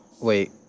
wait